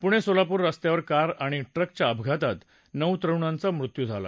पूणे सोलापूर रस्त्यावर कार आणि ट्रकच्या अपघातात नऊ तरुणांचा मृत्यू झाला